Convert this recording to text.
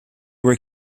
were